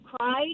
cried